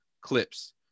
clips